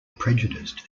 prejudiced